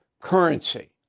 currency